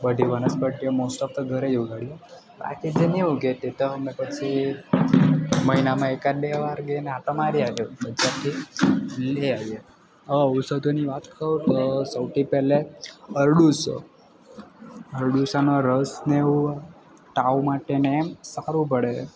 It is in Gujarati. બધી વનસ્પતિઓ મોસ્ટ ઓફ તો ઘરે જ ઉગાડીએ બાકી તો ન ઊગે તે તો અમે પછી મહિનામાં એકાદ બે વાર જઈને આંટો મારી આવીએ બજારથી લઈ આવીએ ઔષધોની વાત કરું તો સૌથી પહેલાં અરડૂસો અરડુસાનો રસ ને એવું તાવ માટે ને એમ સારું પડે